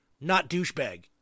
not-douchebag